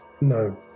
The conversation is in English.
No